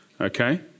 Okay